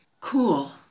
Cool